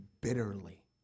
bitterly